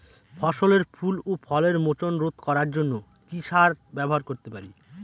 ফসলের ফুল ও ফলের মোচন রোধ করার জন্য কি সার ব্যবহার করতে পারি?